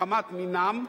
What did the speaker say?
מחמת מינם,